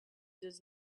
does